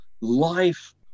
life